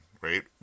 right